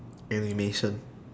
animation